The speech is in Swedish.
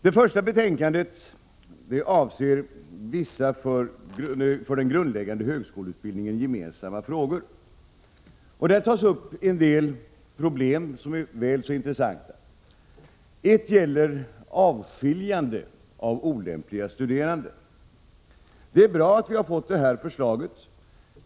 Det första betänkandet från utbildningsutskottet som nu behandlas avser vissa för grundläggande högskoleutbildning gemensamma frågor. Där tas upp en del problem som är väl så intressanta. Ett gäller avskiljande av olämpliga studerande. Det är bra att vi har fått det här förslaget.